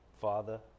Father